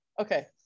Okay